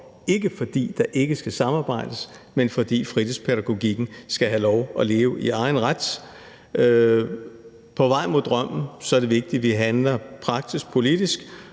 ikke fordi der ikke skal samarbejdes, men fordi fritidspædagogikken skal have lov at leve i egen ret. På vej mod drømmen er det vigtigt, at vi handler praktisk politisk,